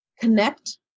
Connect